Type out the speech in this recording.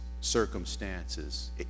circumstances